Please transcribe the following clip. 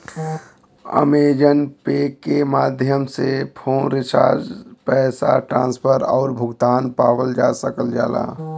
Amazon Pay के माध्यम से फ़ोन रिचार्ज पैसा ट्रांसफर आउर भुगतान पावल जा सकल जाला